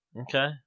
Okay